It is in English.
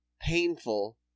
painful